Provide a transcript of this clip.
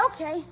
okay